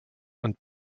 und